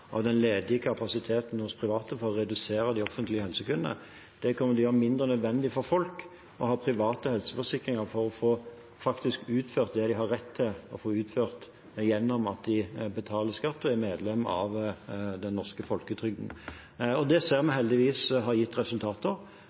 redusere de offentlige helsekøene, ville gjøre det mindre nødvendig for folk å ha private helseforsikringer for å få utført det de har rett til å få utført gjennom at de betaler skatt og er medlem av den norske folketrygden. Det ser vi heldigvis har gitt resultater.